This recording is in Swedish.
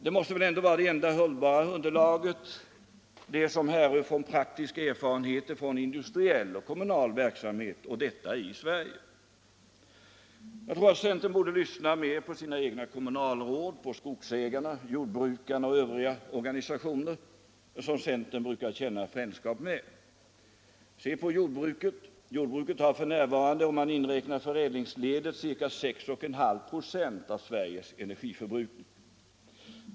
Det enda hållbara underlaget måste ändå vara det som härrör från praktisk erfarenhet från industriell och kommunal verksamhet i Sverige. Jag tror att centern borde lyssna mer på sina egna kommunalråd, skogsägare och jordbrukare och på människor inom de organisationer, som centern brukar känna frändskap med. Se på jordbruket. Där har man f. n., om vi inräknar förädlingsledet, ca 6,5 96 av Sveriges energiförbrukning.